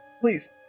please